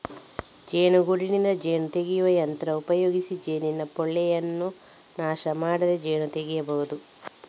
ಜೇನುಗೂಡಿನಿಂದ ಜೇನು ತೆಗೆಯುವ ಯಂತ್ರ ಉಪಯೋಗಿಸಿ ಜೇನಿನ ಪೋಳೆಯನ್ನ ನಾಶ ಮಾಡದೆ ಜೇನು ತೆಗೀಬಹುದು